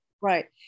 Right